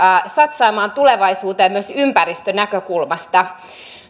satsaamaan tulevaisuuteen myös ympäristönäkökulmasta